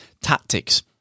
tactics